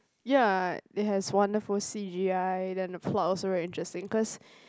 ya it has wonderful C_G_I then the plot also very interesting because